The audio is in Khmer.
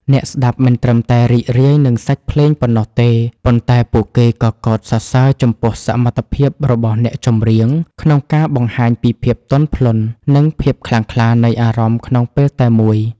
អ្នកស្ដាប់មិនត្រឹមតែរីករាយនឹងសាច់ភ្លេងប៉ុណ្ណោះទេ ប៉ុន្តែពួកគេក៏កោតសរសើរចំពោះសមត្ថភាពរបស់អ្នកចម្រៀងក្នុងការបង្ហាញពីភាពទន់ភ្លន់ និងភាពខ្លាំងក្លានៃអារម្មណ៍ក្នុងពេលតែមួយ។